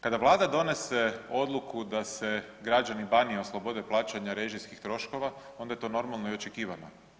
Kada Vlada donese odluku da se građani Banije oslobode plaćanja režijskih troškova, onda je to normalno i očekivano.